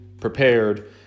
prepared